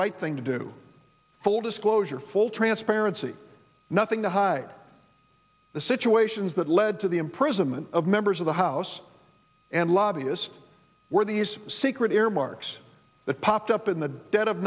right thing to do full disclosure full transparency nothing to hide the situations that led to the imprisonment of members of the house and lobbyist were these secret earmarks that popped up in the dead of